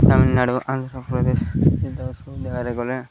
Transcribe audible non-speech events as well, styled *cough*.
ତାମିଲନାଡ଼ୁ ଆନ୍ଧ୍ରପ୍ରଦେଶ *unintelligible* ଗଲେ